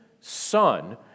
son